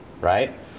Right